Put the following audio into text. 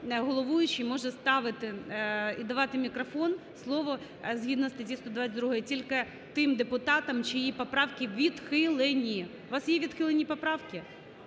головуючий може ставити і давати мікрофон, слово згідно статті 122 тільки тим депутатам, чиї поправки відхилені. У вас є відхилені поправки?